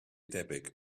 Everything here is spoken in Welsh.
debyg